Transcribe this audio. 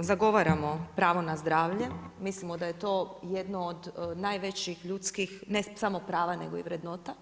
zagovaramo pravo na zdravlje, mislimo da je to jedno od najvećih ljudskih ne samo prava nego i vrednota.